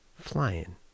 flying